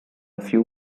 few